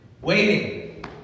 Waiting